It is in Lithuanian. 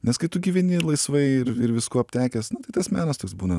nes kai tu gyveni laisvai ir ir viskuo aptekęs tas menas toks būna